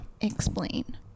Explain